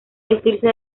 vestirse